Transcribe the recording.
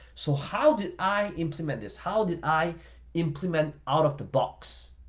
so how did i implement this? how did i implement out of the box?